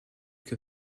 que